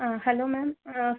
ആ ഹലോ മാം